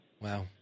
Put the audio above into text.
Wow